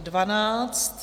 12.